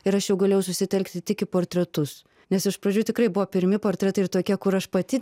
ir aš jau galėjau susitelkti tik į portretus nes iš pradžių tikrai buvo pirmi portretai ir tokie kur aš pati